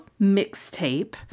mixtape